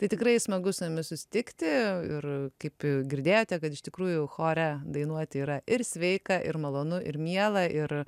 tai tikrai smagu su jumis susitikti ir kaip girdėjote kad iš tikrųjų chore dainuoti yra ir sveika ir malonu ir miela ir